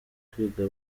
kwiga